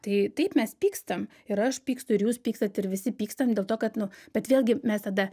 tai taip mes pykstam ir aš pykstu ir jūs pykstat ir visi pykstam dėl to kad nu bet vėlgi mes tada